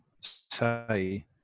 say